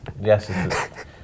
yes